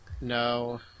No